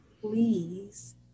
please